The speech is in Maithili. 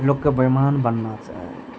लोकके बैइमान बनबाक चाही